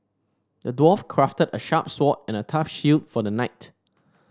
the dwarf crafted a sharp sword and a tough shield for the knight